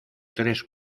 tres